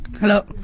Hello